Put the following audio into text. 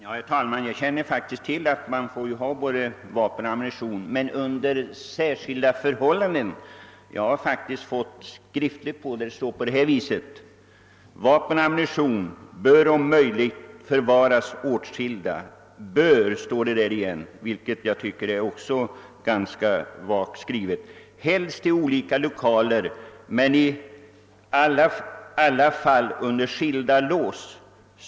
Herr talman! Jag kände faktiskt till att man får förvara vapen och ammunition hemma under särskilda förhållanden. De skriftliga bestämmelserna lyder: »Vapen och ammunition bör om möjligt förvaras åtskilda,» — bör står det, vilket jag tycker är ganska vagt uttryckt — >»helst i olika lokaler men i allt fall under skilda lås.